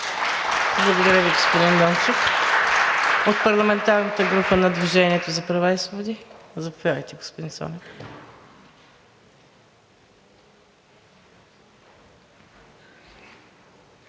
Благодаря Ви, господин Дончев. От парламентарната група на „Движение за права и свободи“ – заповядайте, господин Цонев.